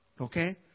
Okay